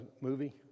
movie